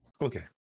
Okay